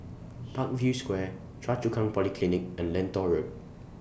Parkview Square Choa Chu Kang Polyclinic and Lentor Road